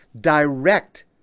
direct